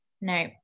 no